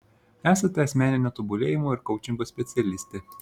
esate asmeninio tobulėjimo ir koučingo specialistė